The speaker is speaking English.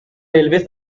railways